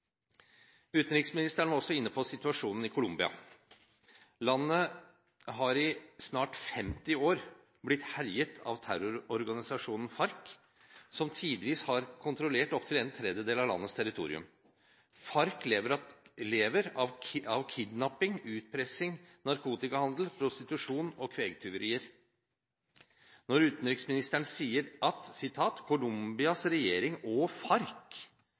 Utenriksministeren var også inne på situasjonen i Colombia. Landet har i snart 50 år blitt herjet av terrororganisasjonen FARC, som tidvis har kontrollert opptil en tredjedel av landets territorium. FARC lever av kidnapping, utpressing, narkotikahandel, prostitusjon og kvegtyverier. Når utenriksministeren sier at det er «Colombias regjering og FARC